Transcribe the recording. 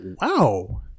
wow